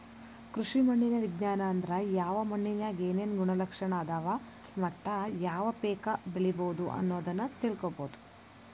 ಕೃಷಿ ಮಣ್ಣಿನ ವಿಜ್ಞಾನ ಅಂದ್ರ ಯಾವ ಮಣ್ಣಿನ್ಯಾಗ ಏನೇನು ಗುಣಲಕ್ಷಣ ಅದಾವ ಮತ್ತ ಯಾವ ಪೇಕ ಬೆಳಿಬೊದು ಅನ್ನೋದನ್ನ ತಿಳ್ಕೋಬೋದು